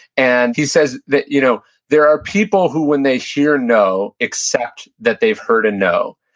and he says that you know there are people who when they hear no accept that they've heard a no,